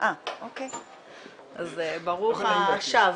כמה דברים.